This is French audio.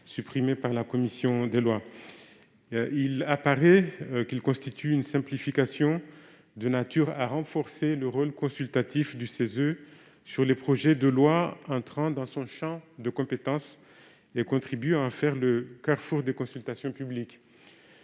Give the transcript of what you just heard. supprimé par la commission des lois. En effet, cette simplification est de nature à renforcer le rôle consultatif du CESE sur les projets de loi entrant dans son champ de compétence et contribue à en faire le « carrefour des consultations publiques